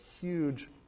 huge